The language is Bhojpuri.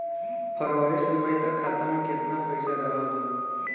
फरवरी से मई तक खाता में केतना पईसा रहल ह?